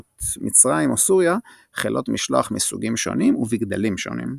מצרים או סוריה חילות משלוח מסוגים שונים ובגדלים שונים.